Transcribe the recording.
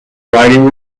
writing